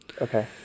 okay